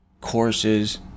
courses